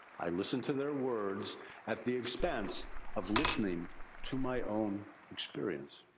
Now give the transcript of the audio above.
i listened to their words at the expense of listening to my own experience.